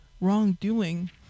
wrongdoing